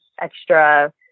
extra